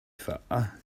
far